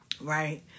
right